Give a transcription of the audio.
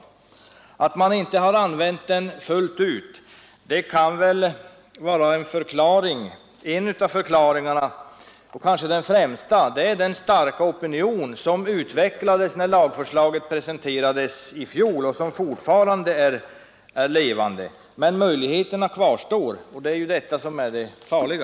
En av förklaringarna — kanske den främsta — till att lagen inte har använts fullt ut är den starka opinion som utvecklades när lagförslaget presenterades i fjol och som fortfarande är levande. Men möjligheterna att utnyttja lagen kvarstår, och det är detta som är det farliga.